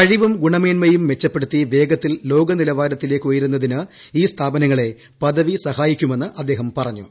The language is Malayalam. കഴിവും ഗുണമേന്മയും മെച്ചപ്പെടുത്തി വേഗത്തിൽ ലോകനിലവാരത്തിലേക്ക് ഉയരുന്നതിന് ഈ സ്ഥാപനങ്ങളെ പദവി സഹായിക്കുമെന്ന് അദ്ദേഹം പറഞ്ഞു